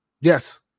Yes